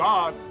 God